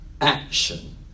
action